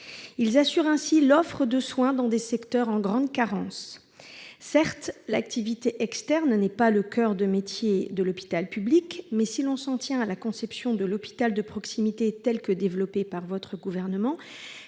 Ils assurent ainsi l'offre de soins dans des secteurs en grande carence. Certes, l'activité externe n'est pas le coeur de métier de l'hôpital public, mais, si l'on s'en tient à la conception de l'hôpital de proximité telle que la développe votre gouvernement,